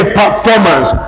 performance